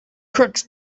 crooks